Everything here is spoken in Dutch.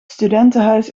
studentenhuis